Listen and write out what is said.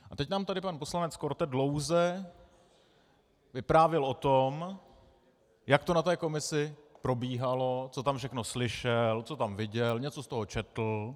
A teď nám tady pan poslanec Korte dlouze vyprávěl o tom, jak to na té komisi probíhalo, co tam všechno slyšel, co tam viděl, něco z toho četl.